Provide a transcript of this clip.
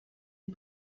est